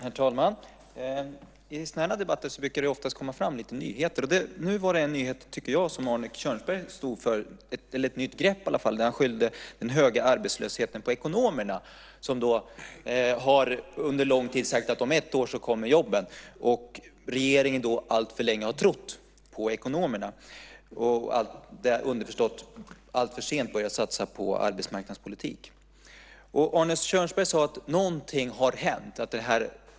Herr talman! I sådana här debatter kommer det ofta fram lite nyheter. Nu stod, tycker jag, Arne Kjörnsberg för en nyhet, i alla fall ett nytt grepp. Han skyllde den höga arbetslösheten på ekonomerna som under en lång tid har sagt att om ett år kommer jobben. Regeringen har alltför länge trott på ekonomerna och, underförstått, alltför sent börjat satsa på arbetsmarknadspolitik. Arne Kjörnsberg sade att någonting har hänt.